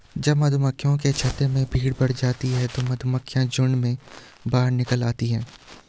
जब मधुमक्खियों के छत्ते में भीड़ बढ़ जाती है तो मधुमक्खियां झुंड में बाहर निकल आती हैं